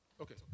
okay